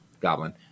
Goblin